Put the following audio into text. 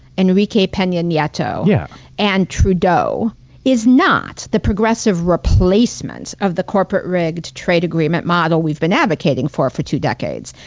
enrique pena nieto, yeah and trudeau is not the progressive replacement of the corporate rigged trade agreement model we've been advocating for for two decades.